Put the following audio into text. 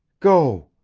go,